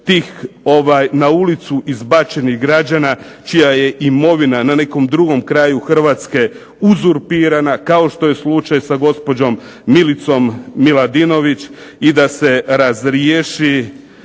tih na ulicu izbačenih građana čija je imovina na nekom drugom kraju Hrvatske uzurpirana kao što je slučaj sa gospođom Milicom Miladinović i da se razriješi